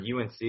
UNC